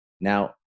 Now